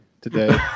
today